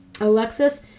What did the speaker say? Alexis